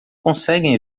conseguem